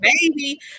baby